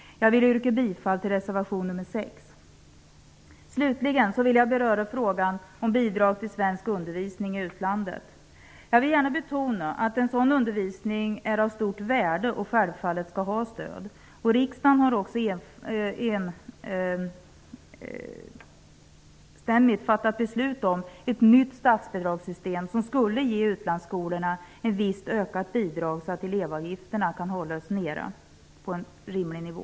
Jag yrkar bifall till reservation nr 6. Slutligen vill jag beröra frågan om bidrag till svensk undervisning i utlandet. Jag vill gärna betona att sådan undervisning är av stort värde och att den självfallet skall ha stöd. Riksdagen har tidigare enhälligt fattat beslut om ett nytt statsbidragssystem som skulle ge utlandsskolorna visst ökat bidrag så att elevavgifterna kan hållas på en rimlig nivå.